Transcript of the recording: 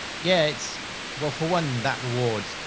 yeah, it's well, for one that rewards,